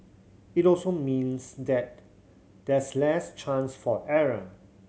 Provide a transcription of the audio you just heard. it also means that there's less chance for error